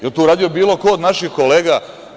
Da li je to uradio bilo ko od naših kolega?